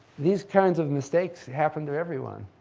these kinds of mistakes happen to everyone.